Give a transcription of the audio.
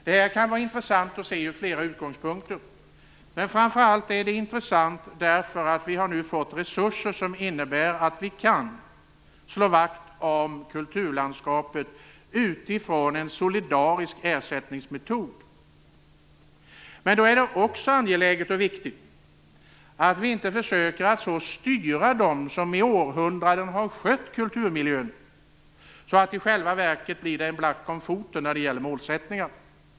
Det här kan vara intressant från flera utgångspunkter, men framför allt är det intressant därför att vi nu har fått resurser som gör att vi kan slå vakt om kulturlandskapet utifrån en solidarisk ersättningsmetod. Men då är det också angeläget och viktigt att vi inte försöker styra dem som i århundraden har skött kulturmiljön så mycket att det i själva verket blir en black om foten när det gäller målsättningen.